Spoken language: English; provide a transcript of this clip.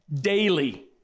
daily